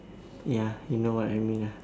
ya you know what I mean ah